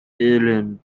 aaron